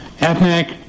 Ethnic